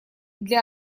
для